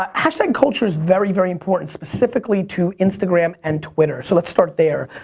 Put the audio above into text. um hashtag culture is very very important specifically to instagram and twitter. so let's start there.